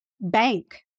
bank